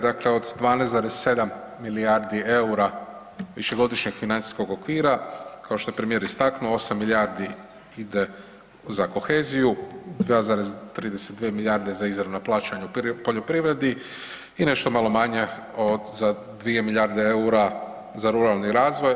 Dakle od 12,7 milijardi eura višegodišnjeg financijskog okvira kao što je premijer istaknuo 8 milijardi ide za koheziju, 2,32 milijardu za izravna plaćanja u poljoprivredi i nešto malo manje za dvije milijarde eura za ruralni razvoj.